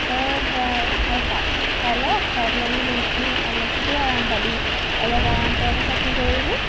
তই সেয়া খাই চা খাই ল খাই পেলাইনি বহুতখিনি অলপতোতো আৰাম পাবি অলপ আৰাম পোৱাৰ পিছত কি কৰিবি